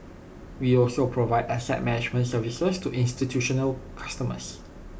we also provide asset management services to institutional customers